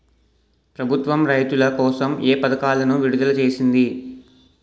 ప్రభుత్వం రైతుల కోసం ఏ పథకాలను విడుదల చేసింది?